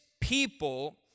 people